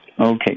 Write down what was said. Okay